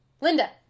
Linda